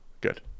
good